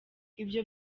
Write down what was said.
ibyo